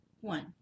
one